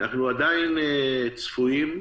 אנחנו עדיין צפויים,